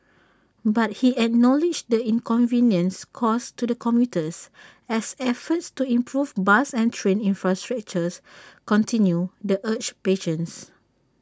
but he acknowledged the inconvenience caused to the commuters as efforts to improve bus and train infrastructures continue the urged patience